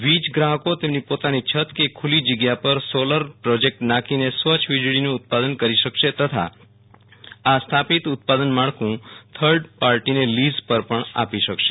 વીજ ગ્રાહકો તેમની પોતાની છત કે ખુલ્લી જગ્યા પર સોલર પ્રોજેક્ટ નાંખીને સ્વચ્છ વીજળીનું ઉત્પાંદન કરી શકશે તથા આ સ્થાપિત ઉત્પાદન માળખું થર્ડ પાર્ટીને લીઝ પર પણ આપી શકશે